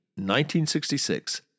1966